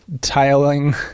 tiling